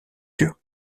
turc